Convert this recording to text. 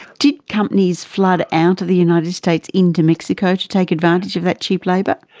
did companies flood out of the united states into mexico to take advantage of that cheap labour?